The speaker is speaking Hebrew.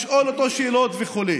לשאול אותו שאלות וכו'.